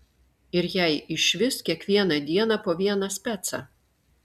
ir jai išvis kiekvieną dieną po vieną specą